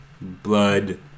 blood